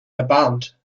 erbarmt